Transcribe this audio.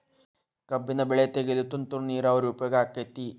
ಕಬ್ಬಿನ ಬೆಳೆ ತೆಗೆಯಲು ತುಂತುರು ನೇರಾವರಿ ಉಪಯೋಗ ಆಕ್ಕೆತ್ತಿ?